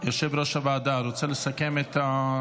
יושב-ראש הוועדה, רוצה לסכם?